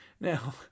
Now